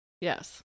Yes